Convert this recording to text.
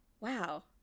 wow